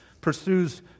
pursues